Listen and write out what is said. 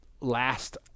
last